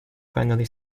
finally